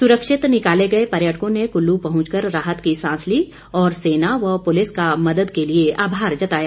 सुरक्षित निकाले गए पर्यटकों ने कुल्लू पहुंचकर राहत की सांस ली और सेना व पुलिस का मदद के लिए आभार जताया